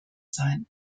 sein